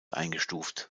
eingestuft